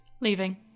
Leaving